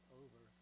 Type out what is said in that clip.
over